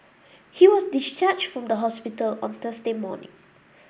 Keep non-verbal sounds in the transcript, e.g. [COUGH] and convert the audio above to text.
[NOISE] he was discharged from hospital on Thursday morning